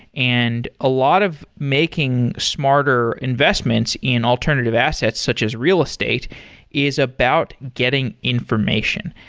and a lot of making smarter investments in alternative assets such as real estate is about getting information.